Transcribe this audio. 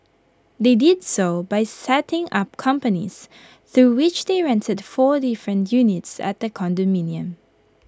they did so by setting up companies through which they rented four different units at the condominium